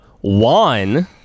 one